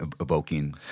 evoking